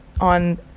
on